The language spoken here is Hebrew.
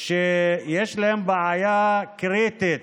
שיש בהם בעיה קריטית